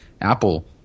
Apple